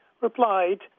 replied